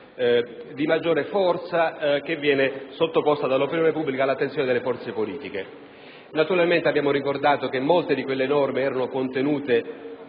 di maggiore forza che viene sottoposta dall'opinione pubblica all'attenzione delle forze politiche. Naturalmente, abbiamo ricordato che molte di quelle norme erano contenute